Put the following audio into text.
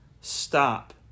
Stop